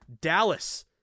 Dallas